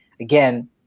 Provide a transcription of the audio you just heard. again